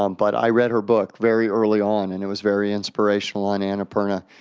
um but i read her book very early on, and it was very inspirational on and annapurna,